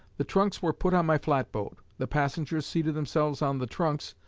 the trunks were put on my flatboat, the passengers seated themselves on the trunks,